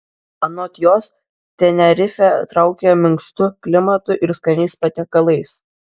anot jos tenerifė traukia minkštu klimatu ir skaniais patiekalais